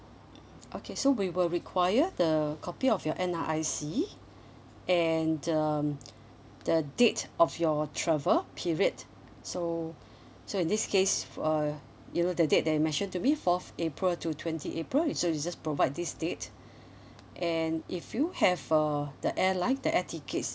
okay so we will require the copy of your N_R_I_C and um the date of your travel period so so in this case uh you know the date that you mentioned to me fourth april to twenty april so you just provide this date and if you have uh the airline the air tickets